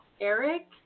Eric